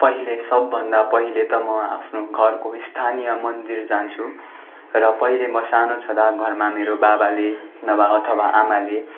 पहिले सबभन्दा पहिले त म आफ्नो घरको स्थानीय मन्दिर जान्छु र पहिले म सानो छँदा घरमा मेरो बाबाले नभए अथवा आमाले